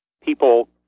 people